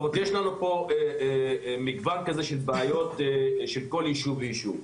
יש לנו פה מגוון בעיות של כל יישוב ויישוב.